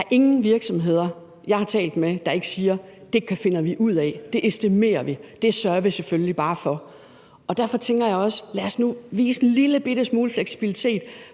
der er ingen virksomheder, jeg har talt med, der ikke siger: Det finder vi ud af, det estimerer vi, det sørger vi selvfølgelig bare for. Derfor tænker jeg også: Lad os nu vise en lillebitte smule fleksibilitet,